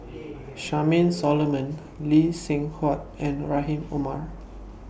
Charmaine Solomon Lee Seng Huat and Rahim Omar